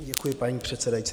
Děkuji, paní předsedající.